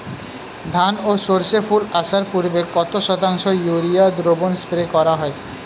ধান ও সর্ষে ফুল আসার পূর্বে কত শতাংশ ইউরিয়া দ্রবণ স্প্রে করা হয়?